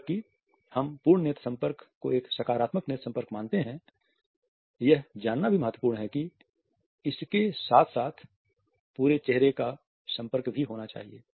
जबकि हम पूर्ण नेत्र संपर्क को एक सकारात्मक नेत्र संपर्क मानते हैं यह जानना भी महत्वपूर्ण है कि इसके साथ पूरे चेहरे का संपर्क भी होना चाहिए